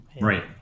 Right